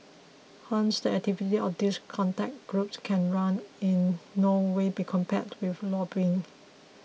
hence the activities of these contact groups can in no way be compared with lobbying